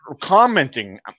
commenting